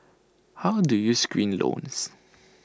how do you screen loans